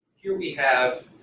here we have